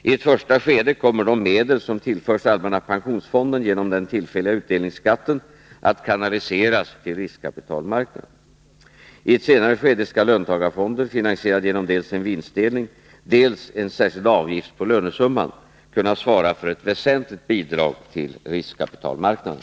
I ett första skede kommer de medel som tillförs allmänna pensionsfonden genom den tillfälliga utdelningsskatten att kanaliseras till riskkapitalmarknaden. I ett senare skede skall löntagarfonder, finansierade genom dels en vinstdelning, dels en särskild avgift på lönesumman, kunna svara för ett väsentligt bidrag till riskkapitalmarknaden.